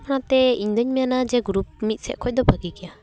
ᱚᱱᱟᱛᱮ ᱤᱧᱫᱚᱧ ᱢᱮᱱᱟ ᱡᱮ ᱜᱨᱩᱯ ᱢᱤᱫᱥᱮᱫ ᱠᱷᱚᱱ ᱫᱚ ᱵᱷᱟᱹᱜᱤ ᱜᱮᱭᱟ